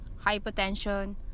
hypertension